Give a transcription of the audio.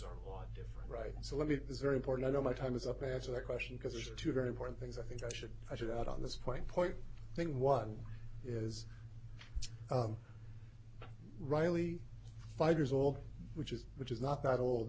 are on different right so let me this very important i know my time is up after that question because these are two very important things i think i should i should add on this point point thing one is riley five years old which is which is not that old